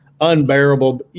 unbearable